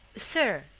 sir,